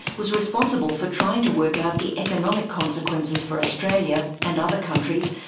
was responsible for trying to work out the economic consequences for australia, and other countries,